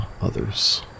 others